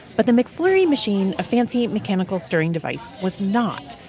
but the mcflurry machine, a fancy, mechanical stirring device, was not.